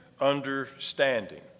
understanding